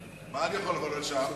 מה אני יכול לבוא לשם?